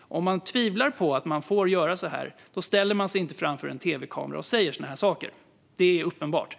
Om man tvivlar på att man får göra så här ställer man sig inte framför en tv-kamera och säger sådant. Det är uppenbart.